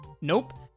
Nope